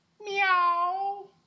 meow